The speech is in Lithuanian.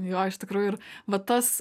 jo iš tikrųjų ir va tas